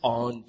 on